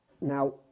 Now